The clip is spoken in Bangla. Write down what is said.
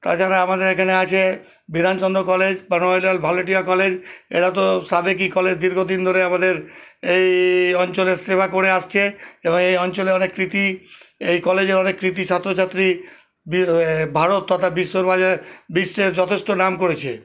তাছাড়া আমাদের এখানে আছে বিধানচন্দ্র কলেজ বানোয়ারিলাল ভালোটিয়া কলেজ এরা তো সাবেকি কলেজ দীর্ঘদিন ধরে আমাদের এই অঞ্চলের সেবা করে আসছে এবার এই অঞ্চলে অনেক কৃতি এই কলেজের অনেক কৃতি ছাত্রছাত্রী ভারত তথা বিশ্বর বাজারে বিশ্বে যথেষ্ট নাম করেছে